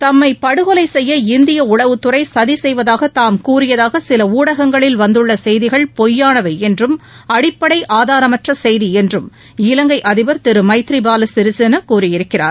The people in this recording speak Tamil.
தம்மை படுகொலை செய்ய இந்திய உளவுத்துறை சதி செய்வதாக தாம் கூறியதாக சில உடகங்களில் வந்துள்ள செய்திகள் பொய்யானவை என்றும் அடிப்படை ஆதாரமற்ற செய்தி என்றும் இலங்கை அதிபர் திரு மைத்றிபால சிறிசேனா கூறியிருக்கிறார்